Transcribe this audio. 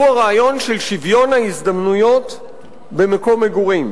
והוא הרעיון של שוויון ההזדמנויות במקום מגורים.